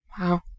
Wow